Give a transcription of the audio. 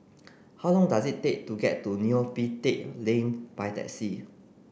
how long does it take to get to Neo Pee Teck Lane by taxi